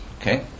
Okay